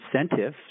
incentive